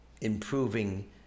improving